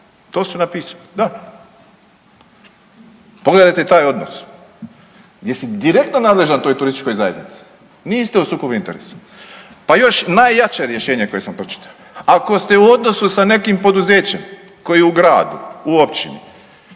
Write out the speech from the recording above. to su napisali da, pogledajte taj odnos gdje si direktno nadležan toj turističkoj zajednici, niste u sukobu interesa. Pa još najjače rješenje koje sam pročitao, ako ste u odnosu sa nekim poduzećem koji je u gradu, u općini